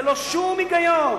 ללא שום היגיון.